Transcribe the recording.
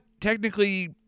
technically